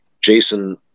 Jason